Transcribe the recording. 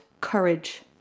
courage